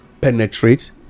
penetrate